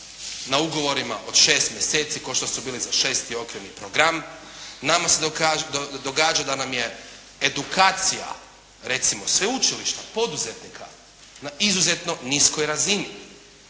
na ugovorima od 6 mjeseci, kao što su bile za šesti okvirni program. Nama se događa da nam je edukacija recimo sveučilišta, poduzetnika na izuzetno niskoj razini.